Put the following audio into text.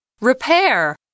Repair